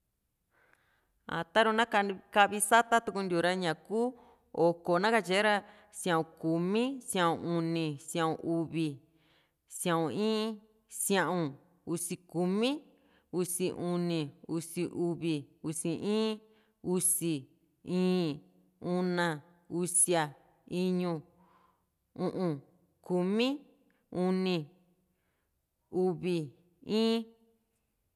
a taru na kavi sata tukuntiu ra ña kuu oko na katyera sia´un kumi sia´un uni sia´un uvi sia´un in sia´un usi kumi usi uni usi uvi usi in usi íín una usia iñu u´un kumi uni uvi in